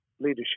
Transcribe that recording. leadership